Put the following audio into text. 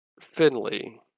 Finley